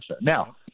Now